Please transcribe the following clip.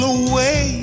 away